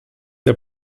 der